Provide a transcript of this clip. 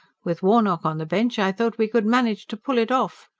with warnock on the bench i thought we could manage to pull it off.